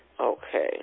okay